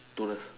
don't have